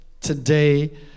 today